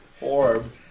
orb